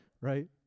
Right